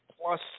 plus